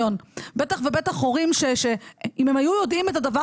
בטח ובטח הורים שאם הם היו יודעים את הדבר